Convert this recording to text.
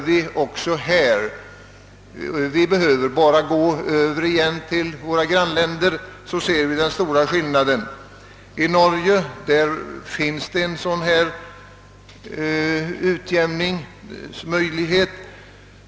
Vi behöver bara gå till våra grannländer för att se den stora skillnaden. I Norge finns en sådan utjämningsmöjlighet.